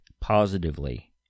positively